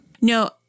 no